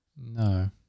No